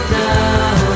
now